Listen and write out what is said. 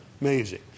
Amazing